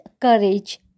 courage